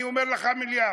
אני אומר לך מיליארד.